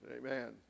Amen